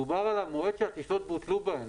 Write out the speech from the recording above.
מדובר על המועד שהטיסות בוטלו בהן,